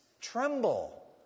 Tremble